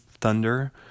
thunder